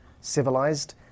civilized